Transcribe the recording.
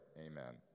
Amen